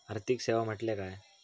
आर्थिक सेवा म्हटल्या काय?